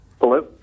Hello